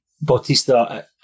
Bautista